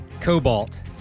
Cobalt